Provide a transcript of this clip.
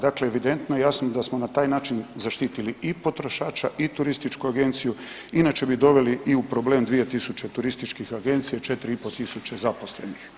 Dakle, evidentno je i jasno da smo na taj način zaštitili i potrošača i turističku agenciju inače bi doveli i u problem 2000 turističkih agencija i 4500 zaposlenih.